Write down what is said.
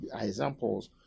examples